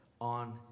on